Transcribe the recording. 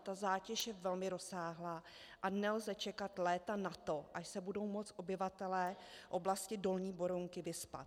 Ta zátěž je velmi rozsáhlá a nelze čekat léta na to, až se budou moct obyvatelé oblasti dolní Berounky vyspat.